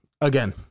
again